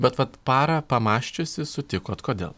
bet vat parą pamąsčiusi sutikot kodėl